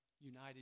United